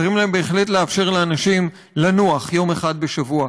צריכים בהחלט לאפשר לאנשים לנוח יום אחד בשבוע.